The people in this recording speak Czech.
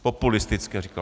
Populistické říkal.